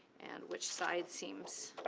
and which side seems.